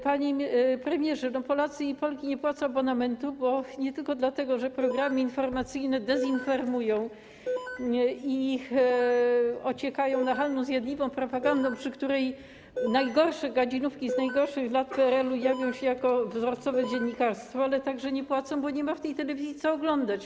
Panie premierze, Polacy i Polki nie płacą abonamentu nie tylko dlatego, że programy informacyjne dezinformują i ociekają nachalną, zjadliwą propagandą, przy której najgorsze gadzinówki z najgorszych lat PRL-u jawią się jako wzorcowe dziennikarstwo, ale także dlatego, że nie ma w tej telewizji co oglądać.